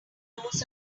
knows